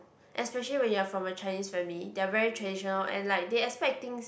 especially when you're from a Chinese family they are very traditional and like they expect things